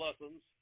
lessons